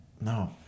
No